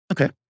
Okay